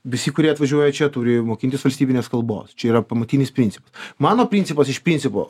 visi kurie atvažiuoja čia turi mokintis valstybinės kalbos čia yra pamatinis principas mano principas iš principo